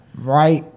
Right